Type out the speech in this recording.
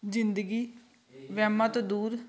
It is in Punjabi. ਜ਼ਿੰਦਗੀ ਵਹਿਮਾਂ ਤੋਂ ਦੂਰ